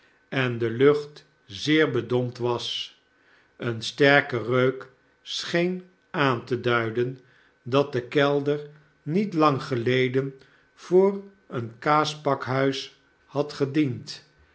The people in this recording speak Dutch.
en de lucht zeer bedompt was een sterke reuk scheen aan te duiden dat de kelder niet lang geleden voor een kaaspakhuis had gediend